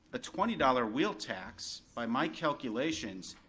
a twenty dollars wheel tax, by my calculations,